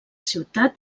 ciutat